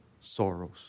sorrows